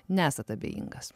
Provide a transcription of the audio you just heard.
nesat abejingas